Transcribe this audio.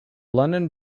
london